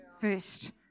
first